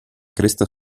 cresta